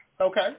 okay